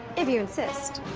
if you insist.